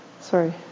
sorry